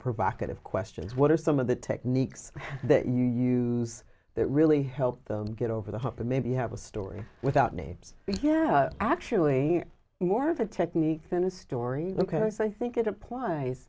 provocative question what are some of the techniques that you use that really help them get over the hump and maybe have a story without names yeah actually more of a technique than a story look at this i think it applies